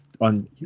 on